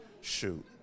shoot